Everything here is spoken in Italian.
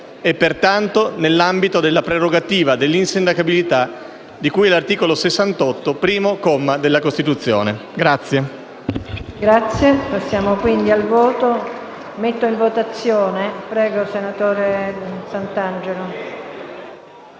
e, pertanto, nell'ambito della prerogativa dell'insindacabilità di cui all'articolo 68, primo comma, della Costituzione.